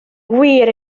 wir